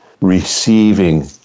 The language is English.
receiving